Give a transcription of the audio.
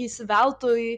įsiveltų į